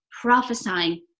prophesying